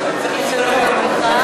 לשבת.